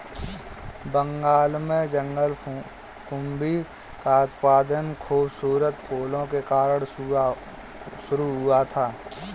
बंगाल में जलकुंभी का उत्पादन खूबसूरत फूलों के कारण शुरू हुआ था